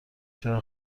چقدر